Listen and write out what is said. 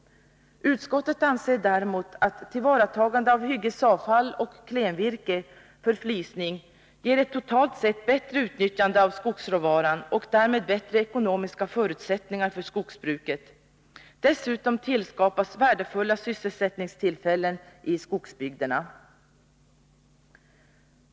Utskottet anser däremot att tillvaratagande av hyggesavfall och klenvirke för flisning ger ett totalt sett bättre utnyttjande av skogsråvaran och därmed bättre ekonomiska förutsättningar för skogsbruket. Dessutom tillskapas värdefulla sysselsättningstillfällen i skogsbygderna.